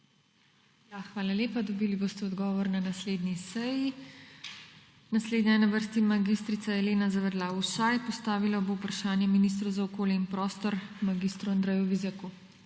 Hvala lepa. Dobili boste odgovor na naslednji seji. Naslednja je na vrsti mag. Elena Zavadlav Ušaj. Postavila bo vprašanje ministru za okolje in prostor mag. Andreju Vizjaku.